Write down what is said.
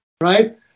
right